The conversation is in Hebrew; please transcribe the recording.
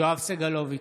יואב סגלוביץ'